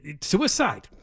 suicide